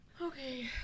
Okay